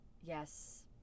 Yes